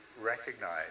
recognize